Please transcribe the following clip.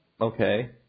okay